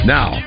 Now